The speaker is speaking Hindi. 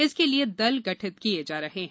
इसके लिए दल गठित किये जा रहे हैं